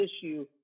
issue